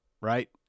right